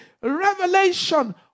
revelation